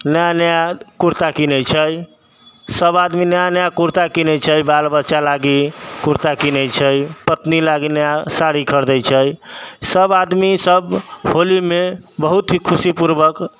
नया नया कुर्ता किनै छै सब आदमी नया नया कुर्ता किनै छै बाल बच्चा लागी कुर्ता किनै छै पत्नी लागी नया साड़ी खरिदै छै सब आदमी सब होलीमे बहुत ही खुशीपूर्वक